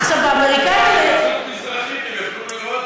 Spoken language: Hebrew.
עכשיו, האמריקאים האלה, הם גם יכלו לירות בו.